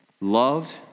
loved